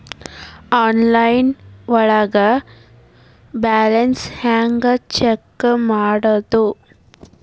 Online ಒಳಗೆ balance ಹ್ಯಾಂಗ check ಮಾಡೋದು?